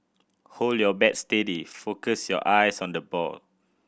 hold your bat steady focus your eyes on the ball